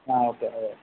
ആ ഓക്കെ അതെ